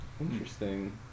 Interesting